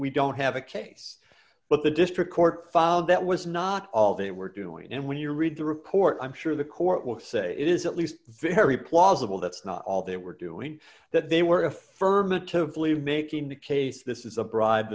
we don't have a case but the district court found that was not all they were doing and when you read the report i'm sure the court will say it is at least very plausible that's not all they were doing that they were affirmatively making the case this is a bribe